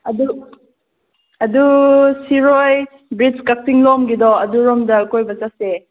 ꯑꯗꯨ ꯑꯗꯨ ꯁꯤꯔꯣꯏ ꯕ꯭ꯔꯤꯠꯁ ꯀꯛꯆꯤꯡꯂꯣꯝꯒꯤꯗꯣ ꯑꯗꯨꯔꯣꯝꯗ ꯀꯣꯏꯕ ꯆꯠꯁꯦ